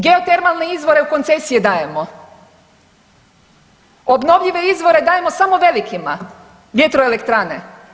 Geotermalne izvore u koncesije dajemo, obnovljive izvore dajemo samo velikima vjetroelektrane.